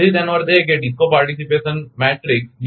તેથી તેનો અર્થ એ કે ડિસ્કો પાર્ટીસીપેશન મેટ્રિક્સ ડી